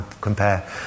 compare